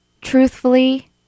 Truthfully